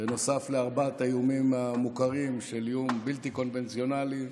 נוסף על ארבעת האיומים המוכרים: איום בלתי קונבנציונלי,